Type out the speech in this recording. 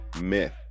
myth